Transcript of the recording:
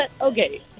Okay